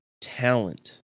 talent